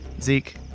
Zeke